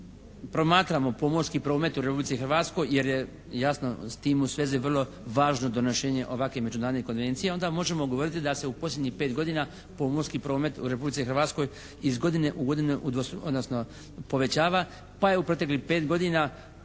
promatramo pomorski promet u Republici Hrvatskoj jer je jasno s tim u svezi vrlo važno donošenje ovakvih međunarodnih konvencija onda možemo govoriti da se u posljednjih pet godina pomorski promet u Republici Hrvatskoj iz godine u godinu odnosno povećava pa je u proteklih pet godina